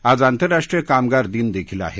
आज आंतरराष्ट्रीय कामगार दिनदेखील आहे